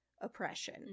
oppression